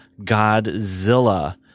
Godzilla